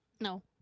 No